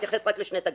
אתייחס רק לשני תגים.